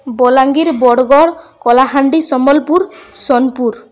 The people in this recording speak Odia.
ବଲାଙ୍ଗୀର ବଡ଼ଗଡ଼ କଳାହାଣ୍ଡି ସମ୍ବଲପୁର ସୋନପୁର